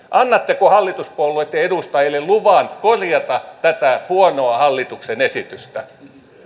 annatteko hallituspuolueitten edustajille luvan korjata tätä huonoa hallituksen esitystä